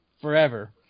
forever